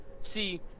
See